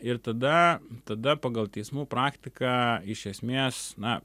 ir tada tada pagal teismų praktiką iš esmės na